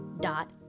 dot